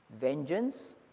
vengeance